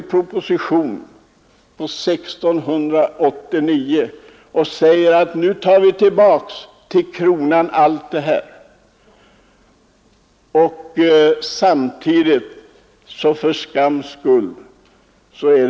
Men 1689 kom en kungl. proposition, vari föreskrevs att man tog tillbaka till kronan allt det stulna.